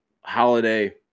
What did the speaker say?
Holiday